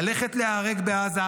ללכת להיהרג בעזה.